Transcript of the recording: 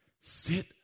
Sit